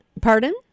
Pardon